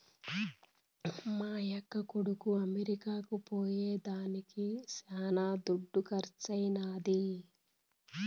మా యక్క కొడుకు అమెరికా పోయేదానికి శానా దుడ్డు కర్సైనాది